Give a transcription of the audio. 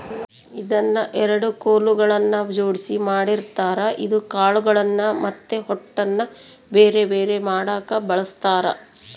ಇದನ್ನ ಎರಡು ಕೊಲುಗಳ್ನ ಜೊಡ್ಸಿ ಮಾಡಿರ್ತಾರ ಇದು ಕಾಳುಗಳ್ನ ಮತ್ತೆ ಹೊಟ್ಟುನ ಬೆರೆ ಬೆರೆ ಮಾಡಕ ಬಳಸ್ತಾರ